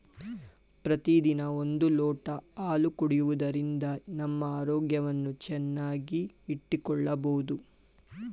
ಪ್ರತಿದಿನ ಒಂದು ಲೋಟ ಹಾಲು ಕುಡಿಯುವುದರಿಂದ ನಮ್ಮ ಆರೋಗ್ಯವನ್ನು ಚೆನ್ನಾಗಿ ಇಟ್ಟುಕೊಳ್ಳಬೋದು